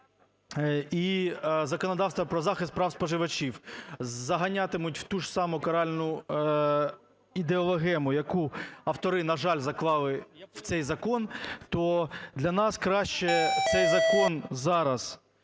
і законодавство про захист прав споживачів заганятимуть в ту ж саму каральну ідеологему, яку автори, на жаль, заклали в цей закон, то для нас краще цей закон зараз